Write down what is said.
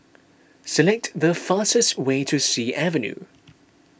select the fastest way to Sea Avenue